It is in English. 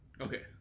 Okay